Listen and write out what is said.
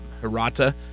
Hirata